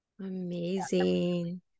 Amazing